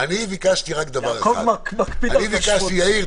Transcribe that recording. יעקב מקפיד על --- יאיר,